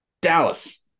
dallas